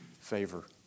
favor